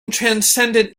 transcendent